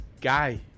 guy